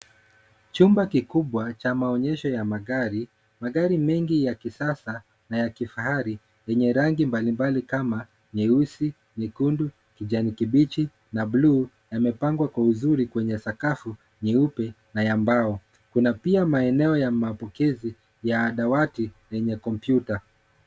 Chumba kikubwa, cha maonyesho ya magari, magari mengi ya kisasa na ya kifahari yenye rangi mbalimbali kama nyeusi, nyekundu, kijani kibichi na bluu yamepangwaa kwa uzuri kwenye sakafu nyeupe na ya mbao. Kuna pia maeneo ya mapokezi ya dawati yenye kompyuta.